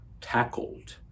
tackled